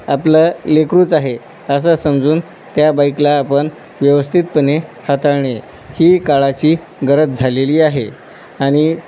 आपलं लेकरूच आहे असं समजून त्या बाईकला आपण व्यवस्थितपणे हाताळणे ही काळाची गरज झालेली आहे आणि